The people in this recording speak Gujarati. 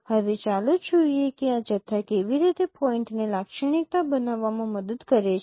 હવે ચાલો જોઈએ કે આ જથ્થા કેવી રીતે પોઈન્ટને લાક્ષણિકતા બનાવવામાં મદદ કરે છે